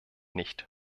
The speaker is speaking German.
nicht